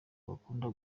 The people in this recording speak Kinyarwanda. bakunda